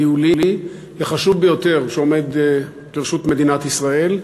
הניהולי החשוב ביותר שעומד לרשות מדינת ישראל,